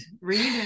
read